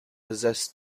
possess